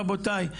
רבותיי,